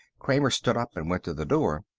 kramer stood up and went to the door.